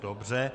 Dobře.